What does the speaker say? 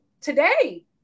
today